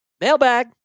mailbag